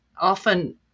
often